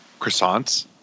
Croissants